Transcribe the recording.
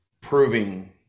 proving